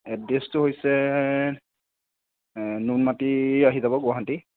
এড্ৰেচটো হৈছে নুনমাটি আহি যাব গুৱাহাটী